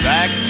Back